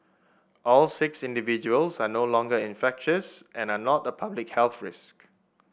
all six individuals are no longer infectious and are not a public health risk